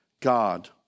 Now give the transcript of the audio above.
God